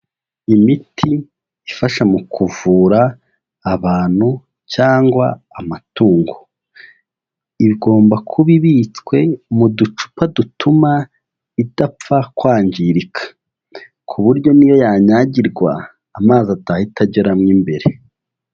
Imiti ifasha mu kuvura abantu cyangwa amatungo, igomba kuba ibitswe mu ducupa dutuma idapfa kwangirika, ku buryo n'iyo yanyagirwa, amazi atahita agera mo imbere.